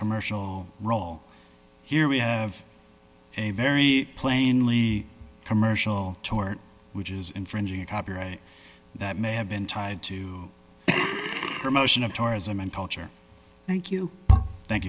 commercial role here we have a very plainly commercial tort which is infringing a copyright that may have been tied to a motion of tourism and culture thank you thank